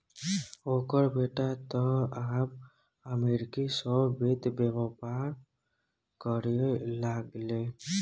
ओकर बेटा तँ आब अमरीका सँ वित्त बेपार करय लागलै